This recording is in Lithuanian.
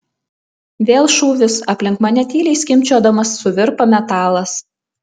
vėl šūvis aplink mane tyliai skimbčiodamas suvirpa metalas